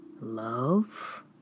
love